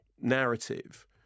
narrative